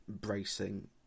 bracing